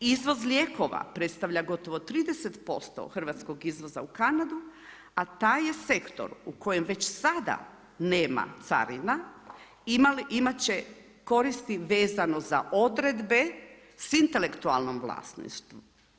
Izvoz lijekova predstavlja gotovo 30% hrvatskog izvoza u Kanadu, a taj je sektor u kojem već sada nema carina, imat će koristi vezano za odredbe s intelektualnim vlasništvom.